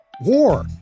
War